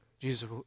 Jesus